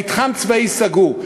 מתחם צבאי סגור.